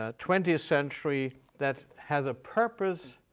ah twentieth century that has a purpose,